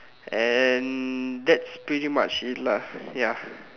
and that's pretty much it lah ya